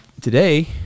today